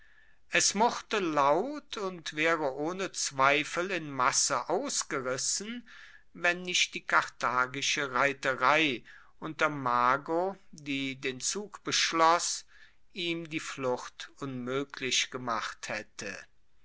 es murrte laut und waere ohne zweifel in masse ausgerissen wenn nicht die karthagische reiterei unter mago die den zug beschloss ihm die flucht unmoeglich gemacht haette